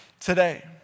today